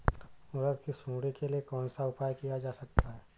उड़द की सुंडी के लिए कौन सा उपाय किया जा सकता है?